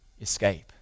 escape